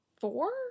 four